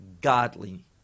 godly